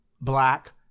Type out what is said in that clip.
black